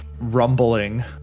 rumbling